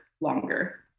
longer